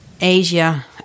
Asia